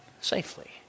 safely